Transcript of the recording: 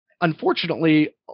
Unfortunately